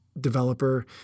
developer